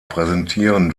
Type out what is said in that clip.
präsentieren